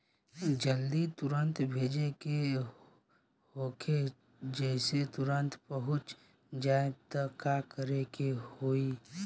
जदि तुरन्त भेजे के होखे जैसे तुरंत पहुँच जाए त का करे के होई?